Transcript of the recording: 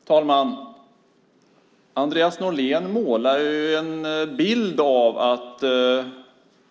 Fru talman! Andreas Norlén målar upp en bild av att